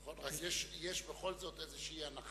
נכון, אלא שיש בכל זאת איזו הנחה,